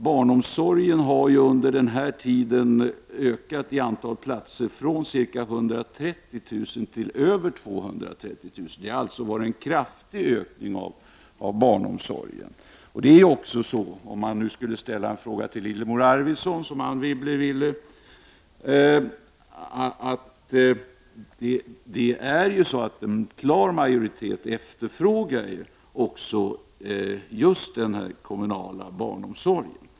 Barnomsorgen har t.ex. under denna tid ökat i antal platser från ca 130 000 till över 230 000. Anne Wibble ställde en fråga till Lillemor Arvidsson om den privata barnomsorgen. Men det är en klar majoritet som efterfrågar en kommunal barnomsorg.